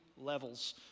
levels